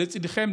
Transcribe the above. לצידכם,